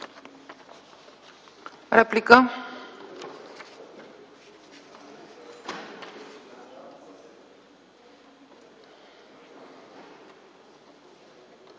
Реплика.